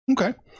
Okay